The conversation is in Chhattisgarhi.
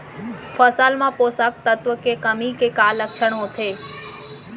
फसल मा पोसक तत्व के कमी के का लक्षण होथे?